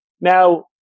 Now